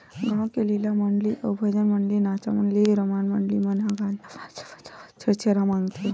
गाँव के लीला मंडली अउ भजन मंडली, नाचा मंडली, रमायन मंडली मन ह गाजा बाजा बजावत छेरछेरा मागथे